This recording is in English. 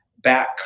back